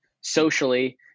socially